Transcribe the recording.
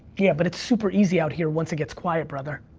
yeah, but it's super easy out here once it gets quiet, brother.